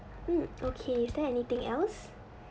mm okay is there anything else